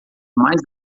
mais